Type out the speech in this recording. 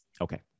Okay